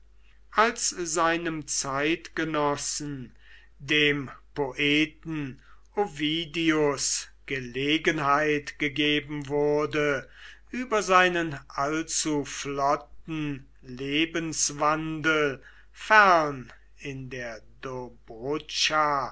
als seinem zeitgenossen dem poeten ovidius gelegenheit gegeben wurde über seinen allzu flotten lebenswandel fern in der